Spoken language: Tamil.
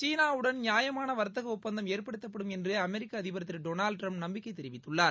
சீனாவுடன் நியாயமான வர்த்தக ஒப்பந்தம் ஏற்படுத்தப்படும் என்று அமெரிக்க அதிபர் திரு டொனால்டு ட்ரம்ப் நம்பிக்கை தெரிவித்துள்ளார்